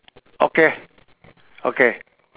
okay okay